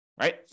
right